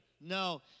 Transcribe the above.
No